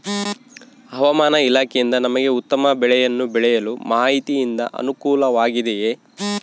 ಹವಮಾನ ಇಲಾಖೆಯಿಂದ ನಮಗೆ ಉತ್ತಮ ಬೆಳೆಯನ್ನು ಬೆಳೆಯಲು ಮಾಹಿತಿಯಿಂದ ಅನುಕೂಲವಾಗಿದೆಯೆ?